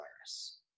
virus